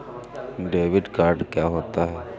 Debit card क्या होता है?